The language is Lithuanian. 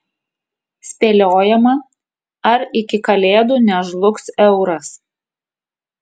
spėliojama ar iki kalėdų nežlugs euras